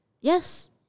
Yes